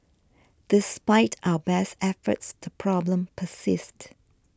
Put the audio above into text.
despite our best efforts the problem persists